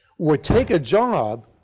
will take a job